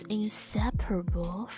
inseparable